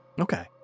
Okay